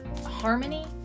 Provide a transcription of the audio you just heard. harmony